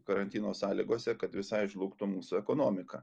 karantino sąlygose kad visai žlugtų mūsų ekonomika